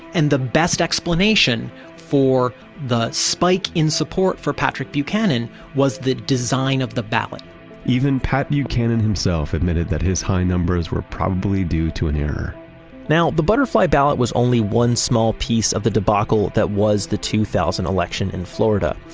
and the best explanation for the spike in support for patrick buchanan was the design of the ballot even pat buchanan himself admitted that his high numbers were probably due to an error now the butterfly ballot was only one small piece of the debacle that was the two thousand election in florida.